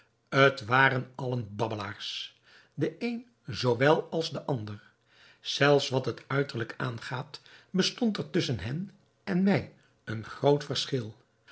het waren allen babbelaars de een zoowel als de ander zelfs wat het uiterlijke aangaat bestond er tusschen hen en mij een groot verschil